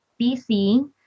BC